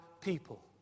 people